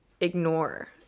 ignore